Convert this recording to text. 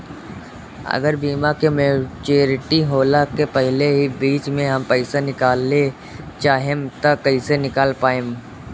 अगर बीमा के मेचूरिटि होला के पहिले ही बीच मे हम पईसा निकाले चाहेम त कइसे निकाल पायेम?